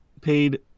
paid